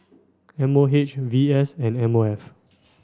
M O H V S and M O F